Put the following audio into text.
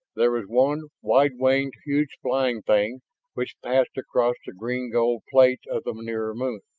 there was one wide-winged, huge flying thing which passed across the green-gold plate of the nearer moon.